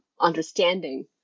understanding